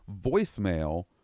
voicemail